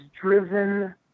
driven